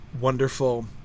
wonderful